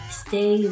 stay